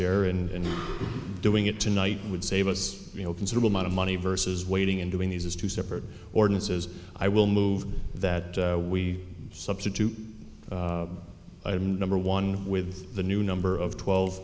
and doing it tonight would save us you know considerable amount of money versus waiting in doing these as two separate ordinances i will move that we substitute item number one with the new number of twelve